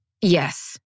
Yes